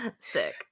Sick